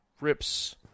Rips